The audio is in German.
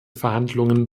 verhandlungen